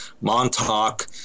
Montauk